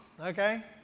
okay